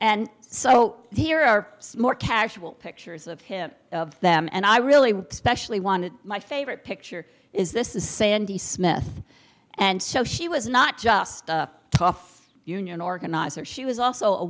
and so here are more casual pictures of him of them and i really specially want to my favorite picture is this is sandy smith and so she was not just a tough union organizer she was also a